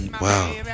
Wow